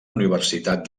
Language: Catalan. universitat